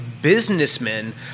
Businessmen